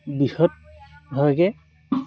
বৃহত ভালকে